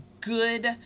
good